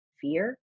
fear